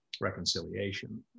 reconciliation